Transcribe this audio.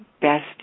best